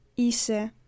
ise